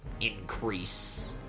increase